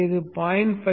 எனவே இது 0